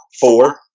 four